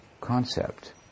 concept